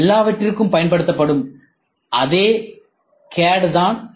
இந்த எல்லாவற்றிற்கும் பயன்படுத்தப்படும் அதே சிஏடி தான்